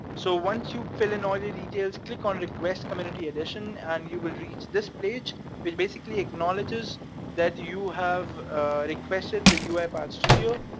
so once you fill in all your details, click on request community edition and you will reach this page which basically acknowledges that you have requested the uipath studio,